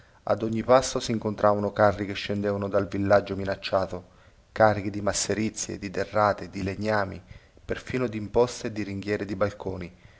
ad ogni passo sincontravano carri che scendevano dal villaggio minacciato carichi di masserizie di derrate di legnami perfino dimposte e di ringhiere di balconi